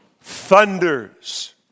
thunders